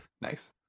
Nice